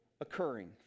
occurring